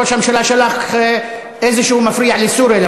ראש הממשלה שלח איזשהו מפריע לסוריה,